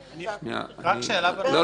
אני רוצה לומר תודה ללירון הסטודנטית שלי.